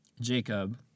Jacob